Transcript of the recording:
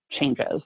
changes